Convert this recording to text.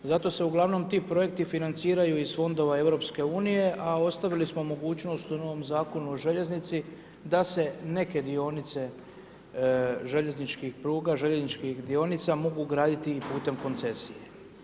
Zato se uglavnom ti projekti financiraju iz fondova Europske unije, a ostavili smo mogućnost u novom Zakonu o željeznici da se neke dionice željezničkih pruga, željezničkih dionica, mogu graditi i putem koncesije.